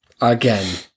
again